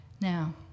Now